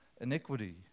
iniquity